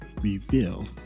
reveal